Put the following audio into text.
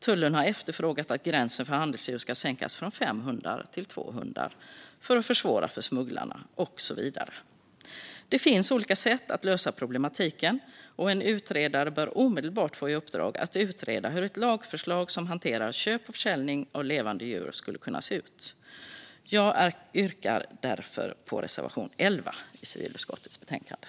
Tullen har efterfrågat att gränsen för handelsdjur ska sänkas från fem hundar till två hundar, för att försvåra för smugglarna och så vidare. Det finns olika sätt att lösa problematiken. En utredare bör omedelbart få i uppdrag att utreda hur ett lagförslag som hanterar köp och försäljning av levande djur skulle kunna se ut. Jag yrkar därför bifall till reservation 11 i detta betänkande från civilutskottet.